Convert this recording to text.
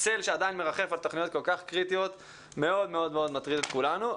הצל שעדיין מרחף על תוכניות כל כך קריטיות מאוד מאוד מטריד את כולנו.